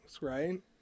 right